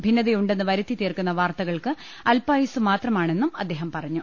ഭിന്നത യുണ്ടെന്ന് വരുത്തി തീർക്കുന്ന വാർത്തകൾക്ക് അല്പായുസ് മാത്രമാണെന്നും അദ്ദേഹം പറഞ്ഞു